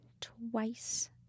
twice